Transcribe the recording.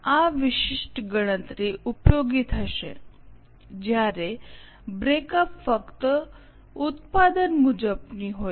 આ વિશિષ્ટ ગણતરી ઉપયોગી થશે જ્યારે બ્રેકઅપ ફક્ત ઉત્પાદન મુજબ ની હોય